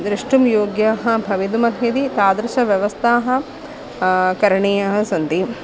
द्रष्टुं योग्याः भवितुमर्हति तादृश्यः व्यवस्थाः करणीयाः सन्ति